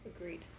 agreed